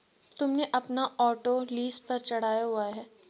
तुमने अपना auto lease पर चढ़ाया हुआ है?